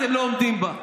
אתם לא עומדים בה.